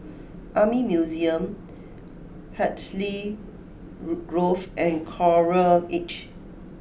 Army Museum Hartley Grove and Coral Edge